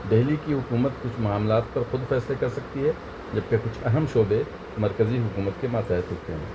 دہلی کی حکومت کچھ معاملات پر خود فیصلے کر سکتی ہے جبکہ کچھ اہم شعبے مرکزی حکومت کے ماتحت ہوتے ہیں